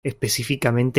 específicamente